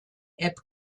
app